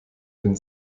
den